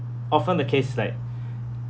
often the case like